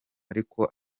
ariko